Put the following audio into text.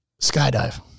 Skydive